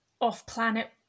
off-planet